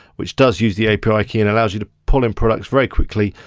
which does use the api key and allows you to pull in products very quickly.